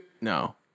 No